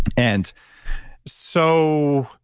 and so,